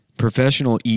Professional